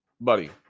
buddy